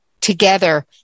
together